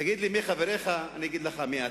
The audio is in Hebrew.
תגיד לי מי חבריך ואגיד לך מי אתה.